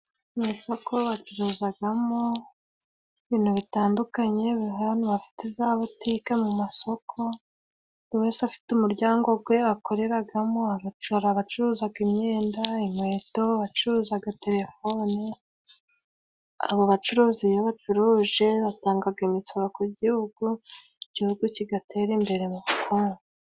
Mu isoko bacuruzaga mo ibintu bitandukanye, nk'abantu bafite za butike mu masoko, buri wese afite umuryango gwe akoreraga mo abacura abacuruzaga imyenda, inkweto, bacuruzaga telefone, abo bacuruzi iyo bacuruje, batangaga imisoro ku gihugu, igihugu kigatera imbere mu bukungu.